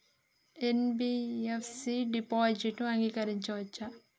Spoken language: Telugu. ఎన్.బి.ఎఫ్.సి డిపాజిట్లను అంగీకరించవచ్చా?